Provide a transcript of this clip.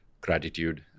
gratitude